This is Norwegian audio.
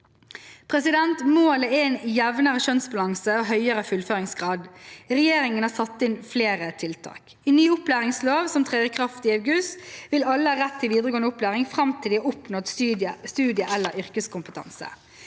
menn. Målet er en jevnere kjønnsbalanse og høyere fullføringsgrad. Regjeringen har satt inn flere tiltak. I ny opplæringslov som trer i kraft i august, vil alle ha rett til videregående opplæring fram til de har oppnådd studie- eller yrkeskompetanse.